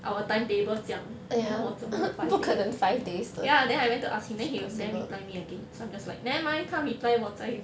our timetable 这样你要我怎么办 ya then I went to ask him then he never reply me again so I'm just like never mind 他 reply 我再